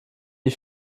die